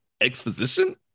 exposition